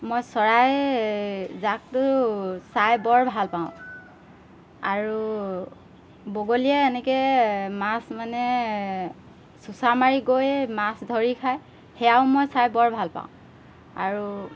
মই চৰাইজাকটো চাই বৰ ভাল পাওঁ আৰু বগলীয়ে এনেকৈ মাছ মানে চোচা মাৰি গৈ মাছ ধৰি খায় সেয়াও মই চাই বৰ ভাল পাওঁ আৰু